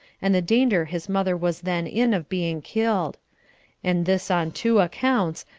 and the danger his mother was then in of being killed and this on two accounts,